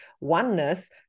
oneness